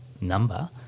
number